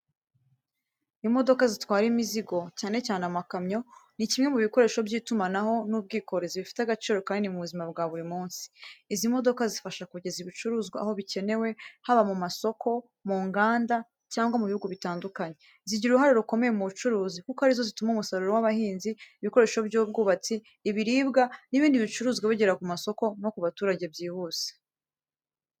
Imodoka zitwara imizigo, cyane cyane amakamyo, ni kimwe mu bikoresho by’itumanaho n’ubwikorezi bifite agaciro kanini mu buzima bwa buri munsi. Izi modoka zifasha kugeza ibicuruzwa aho bikenewe, haba mu masoko, mu nganda, cyangwa mu bihugu bitandukanye. Zigira uruhare rukomeye mu bucuruzi kuko ari zo zituma umusaruro w’abahinzi, ibikoresho by’ubwubatsi, ibiribwa, n’ibindi bicuruzwa bigera ku masoko no ku baturage byihuse.